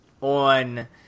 on